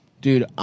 Dude